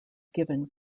given